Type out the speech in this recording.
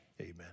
Amen